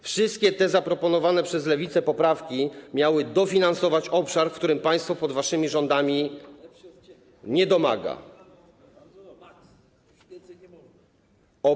Wszystkie te zaproponowane przez Lewicę poprawki miały dofinansować obszar, w którym państwo pod waszymi rządami nie domaga.